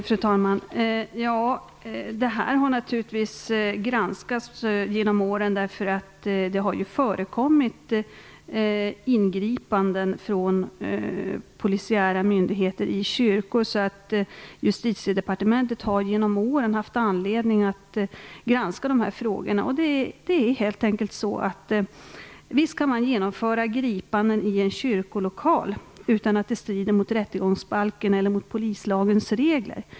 Fru talman! Detta har naturligtvis granskats genom åren, därför att det har ju förekommit ingripanden från polisiära myndigheter i kyrkor. Därför har Justitiedepartementet genom åren haft anledning att granska dessa frågor. Det är helt enkelt så, att man visst kan genomföra gripanden i en kyrkolokal utan att det strider mot rättegångsbalken eller mot polislagens regler.